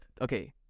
okay